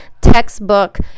textbook